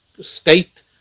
state